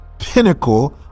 pinnacle